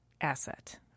asset